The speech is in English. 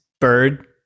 Bird